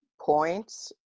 points